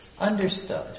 Understood